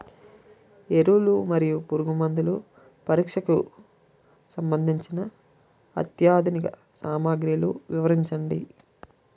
ఎరువులు మరియు పురుగుమందుల పరీక్షకు సంబంధించి అత్యాధునిక సామగ్రిలు వివరించండి?